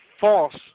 false